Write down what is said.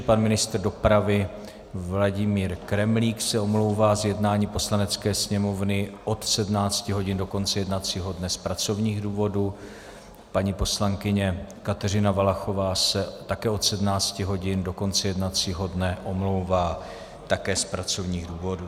Pan ministr dopravy Vladimír Kremlík se omlouvá z jednání Poslanecké sněmovny od 17 hodin do konce jednacího dne z pracovních důvodů, paní poslankyně Kateřina Valachová se také od 17 hodin do konce jednacího dne omlouvá také z pracovních důvodů.